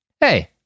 Hey